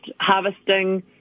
harvesting